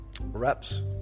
Reps